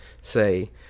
say